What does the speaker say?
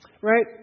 right